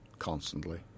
Constantly